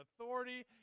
authority